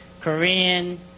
Korean